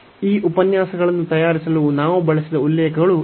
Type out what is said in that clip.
ಈ ಉಪನ್ಯಾಸಗಳನ್ನು ತಯಾರಿಸಲು ನಾವು ಬಳಸಿದ ಉಲ್ಲೇಖಗಳು ಇವು